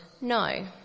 no